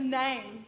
name